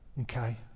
Okay